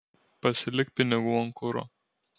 pasilik pinigų ant kuro